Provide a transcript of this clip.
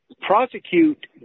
prosecute